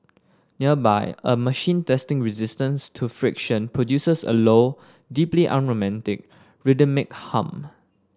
nearby a machine testing resistance to friction produces a low deeply unromantic rhythmic hum